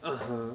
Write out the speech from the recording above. (uh huh)